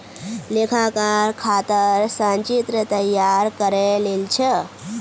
लेखाकार खातर संचित्र तैयार करे लील छ